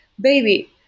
baby